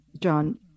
John